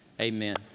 amen